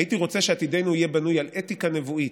הייתי רוצה שעתידנו יהיה בנוי על אתיקה נבואית,